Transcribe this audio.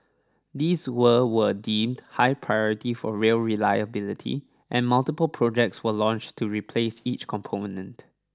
these were were deemed high priority for rail reliability and multiple projects were launched to replace each component